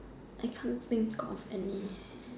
I can't think of any